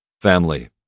Family